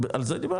על זה דיברתי.